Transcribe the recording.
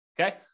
Okay